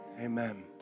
amen